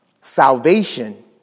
Salvation